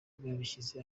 babishyize